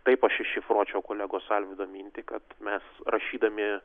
taip aš iššifruočiau kolegos alvydo mintį kad mes rašydami